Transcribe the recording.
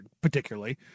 particularly